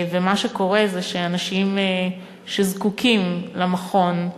ומה שקורה זה שאנשים שזקוקים למכון,